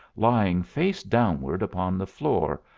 lying face downward upon the floor,